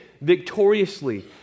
victoriously